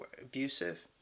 abusive